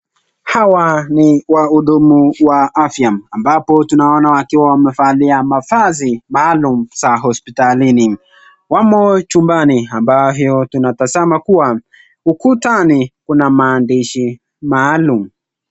Hawa ni wahudumu wa afya ambapo tunaona wakiwa wamevalia mavazi maalum za hosiptalini, wamo chumbani ambayo tunatazama kuwa, ukutani kuna maandishi maalum.